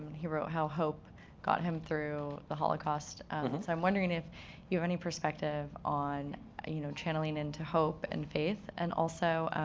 he wrote how hope got him through the holocaust. and so i'm wondering if you have any perspective on ah you know channeling into hope and faith. and also,